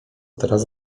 teraz